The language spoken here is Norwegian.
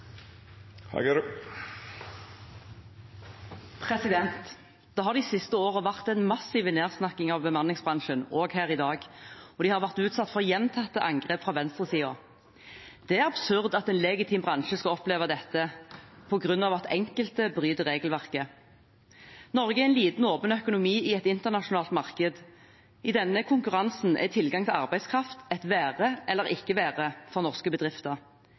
minutt. Det har de siste årene vært en massiv nedsnakking av bemanningsbransjen, også her i dag, og de har vært utsatt for gjentatte angrep fra venstresiden. Det er absurd at en legitim bransje skal oppleve dette på grunn av at enkelte bryter regelverket. Norge er en liten og åpen økonomi i et internasjonalt marked. I denne konkurransen er tilgang til arbeidskraft et være eller ikke være for norske bedrifter.